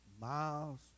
miles